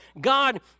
God